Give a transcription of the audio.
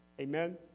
Amen